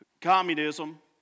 communism